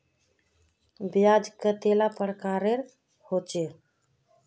ब्याज कतेला प्रकारेर होचे?